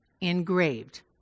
engraved